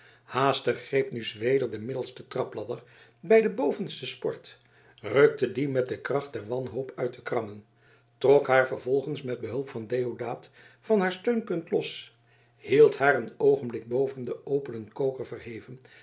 haastig greep nu zweder de middelste trapladder bij de bovenste sport rukte die met de kracht der wanhoop uit de krammen trok haar vervolgens met behulp van deodaat van haar steunpunt los hield haar een oogenblik boven den openen koker verheven